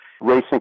racing